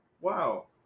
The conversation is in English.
Wow